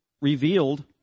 revealed